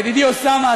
ידידי אוסאמה,